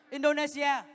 Indonesia